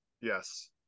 Yes